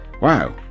wow